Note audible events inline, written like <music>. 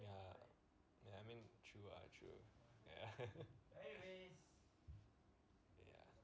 ya ya I mean true ah true <laughs>